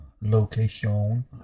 Location